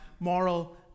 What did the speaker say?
moral